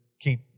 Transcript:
keep